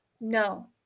No